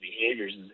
behaviors